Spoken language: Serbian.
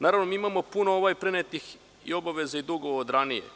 Naravno, mi imamo puno prenetih i obaveza i dugova od ranije.